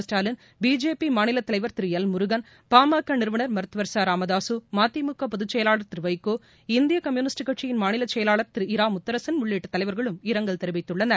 Stalin BJP மாநில தலைவர் திரு எல் முருகன் பாமக நிறுவனர் மருத்துவர் ராமதாசு மதிமுக பொதுச்செயவாளர் திரு வைகோ இந்திய கம்யூனிஸ்ட் கட்சியின் மாநில செயலாளர் இராமுத்தரசன் உள்ளிட்ட தலைவர்களும் இரங்கல் தெரிவித்துள்ளனர்